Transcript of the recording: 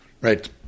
Right